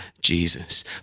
Jesus